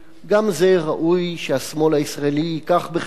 גם זה ראוי שהשמאל הישראלי יביא בחשבון,